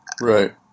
Right